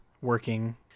working